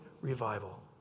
revival